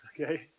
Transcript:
Okay